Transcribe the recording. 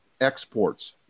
exports